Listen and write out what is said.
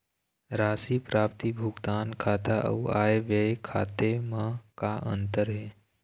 राशि प्राप्ति भुगतान खाता अऊ आय व्यय खाते म का अंतर हे?